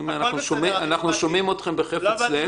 אנחנו שומעים אתכם בחפץ לב.